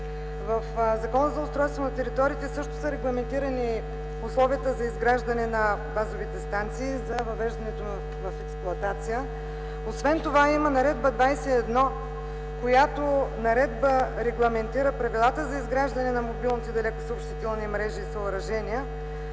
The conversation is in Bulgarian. В Закона за устройство на територията също са регламентирани условията за изграждане на базовите станции и въвеждането им в експлоатация. Има Наредба № 21, която регламентира правилата за изграждане на мобилните далекосъобщителни мрежи и съоръжения,